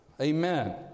Amen